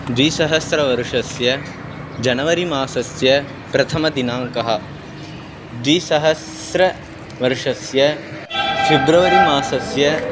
द्विसहस्रवर्षस्य जनवरी मासस्य प्रथमदिनाङ्कः द्विसहस्रवर्षस्य फ़ेब्रवरि मासस्य